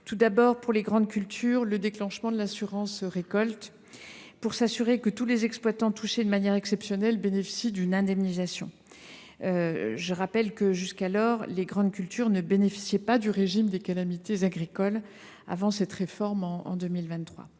Tout d’abord, pour les grandes cultures, le déclenchement de l’assurance récolte garantira que tous les exploitants touchés de manière exceptionnelle bénéficient d’une indemnisation. Je rappelle que, jusqu’à la réforme de 2023, les grandes cultures ne bénéficiaient pas du régime des calamités agricoles. Ensuite a été mis en place